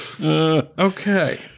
Okay